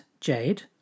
Jade